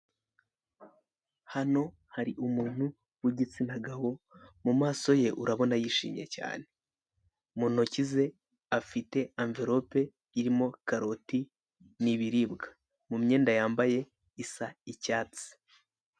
Hano hari umuntu w'igitsina gabo mu maso ye urabona yishimye cyane, mu ntoki ze afite anverope irimo karoti n'ibiribwa, mu myenda yambaye isa icyatsi.